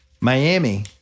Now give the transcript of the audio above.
Miami